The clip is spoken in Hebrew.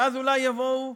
ואז אולי יבואו